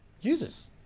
Users